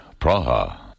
Praha